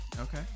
Okay